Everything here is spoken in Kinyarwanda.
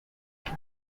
icyo